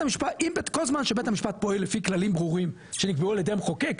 אם כל זמן שבית המשפט פועל לפי כללים ברורים שנקבעו על ידי המחוקק,